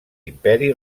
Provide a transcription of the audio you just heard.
imperi